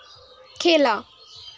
খেলা